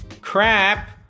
crap